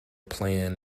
plan